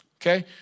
Okay